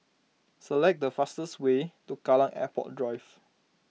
select the fastest way to Kallang Airport Drive